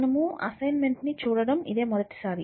మనము అసైన్మెంట్ ని చూడటం ఇదే మొదటిసారి